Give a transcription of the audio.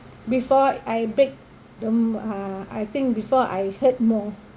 before I break down uh I think before I hurt more